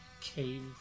cave